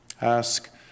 Ask